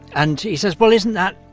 and he says, well, isn't that,